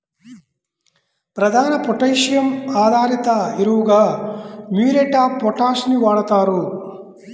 ప్రధాన పొటాషియం ఆధారిత ఎరువుగా మ్యూరేట్ ఆఫ్ పొటాష్ ని వాడుతారు